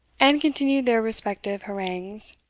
and continued their respective harangues,